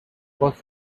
was